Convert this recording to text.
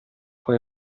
های